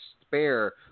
spare